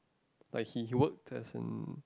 like he he worked as in